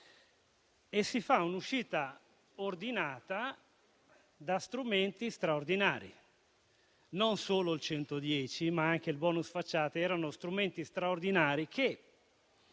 e si fa un'uscita ordinata da strumenti straordinari. Non solo il 110 per cento, ma anche il bonus facciate, erano strumenti straordinari che,